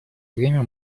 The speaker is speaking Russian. время